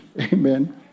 Amen